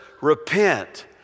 repent